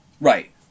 Right